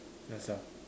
ya sia